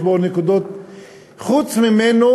חוץ ממנו,